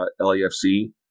LAFC